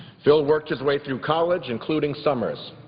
phil worked his way through college including summers.